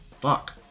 Fuck